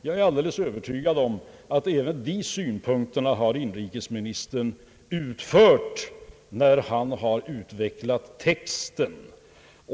Jag är alldeles övertygad om att inrikesministern fört fram även dessa synpunkter när han utvecklat texten.